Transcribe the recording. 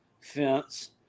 fence